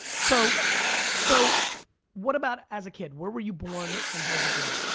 so so what about as a kid? where were you born and how'd you grow up?